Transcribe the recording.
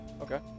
Okay